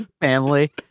family